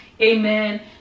amen